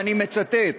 ואני מצטט: